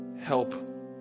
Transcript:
help